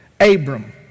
Abram